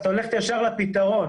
את הולכת ישר לפתרון